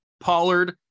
Pollard